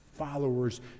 Followers